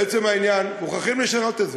לעצם העניין, מוכרחים לשנות את זה.